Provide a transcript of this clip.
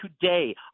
today